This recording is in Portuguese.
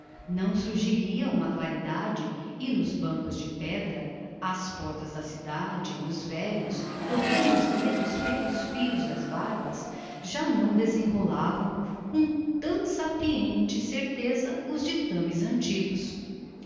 não surgiria uma claridade e nos bancos de pedra às portas da cidade os velhos correndo os dedos pelos fios das barbas já não desenrolavam com tão sapiente certeza os ditames antigos